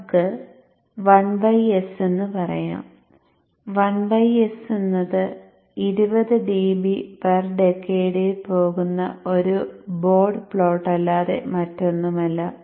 നമുക്ക് 1 s എന്ന് പറയാം 1 s എന്നത് 20 dB പെർ ഡെകേടിൽ പോകുന്ന ഒരു ബോഡ് പ്ലോട്ടല്ലാതെ മറ്റൊന്നുമല്ല